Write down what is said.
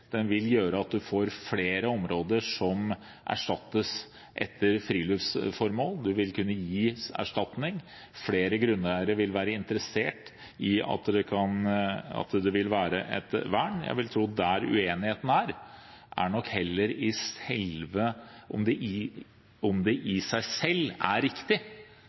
erstattes etter friluftsformål. Det vil kunne gis erstatning. Flere grunneiere vil være interessert i at det vil være et vern. Jeg vil tro at uenigheten nok heller dreier seg om hvorvidt det i seg selv er riktig